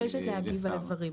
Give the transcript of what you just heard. אני מבקשת להגיב על הדברים,